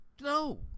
No